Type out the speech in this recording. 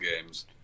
games